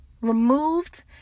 removed